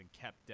kept